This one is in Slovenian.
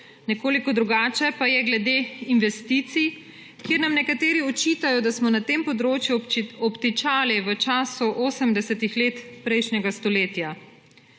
Nekoliko drugače pa je glede investicij, kjer nam nekateri očitajo, da smo na tem področju obtičali v času 80. let prejšnjega stoletja.